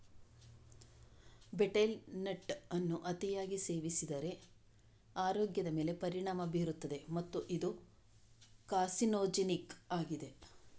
betel nut ಅನ್ನು ಅತಿಯಾಗಿ ಸೇವಿಸಿದರೆ ಆರೋಗ್ಯದ ಮೇಲೆ ಪರಿಣಾಮ ಬೀರುತ್ತದೆ ಮತ್ತು ಇದು ಕಾರ್ಸಿನೋಜೆನಿಕ್ ಆಗಿದೆ